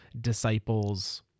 disciples